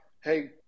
Hey